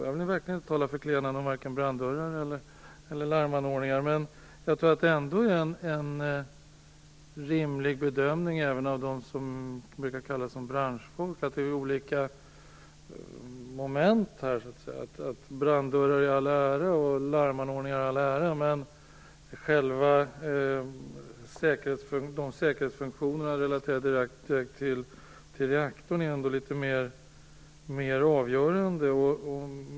Jag vill verkligen inte tala förklenande om vare sig branddörrar eller larmanordningar. Men jag tror ändå att det är en rimlig bedömning, som även görs av dem som brukar kallas för branschfolk, att det handlar om olika moment. Branddörrar och larmanordningar i all ära, men de säkerhetsfunktioner som är relaterade direkt till reaktorn är ändå litet mer avgörande.